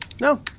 No